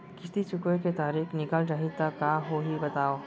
किस्ती चुकोय के तारीक निकल जाही त का होही बताव?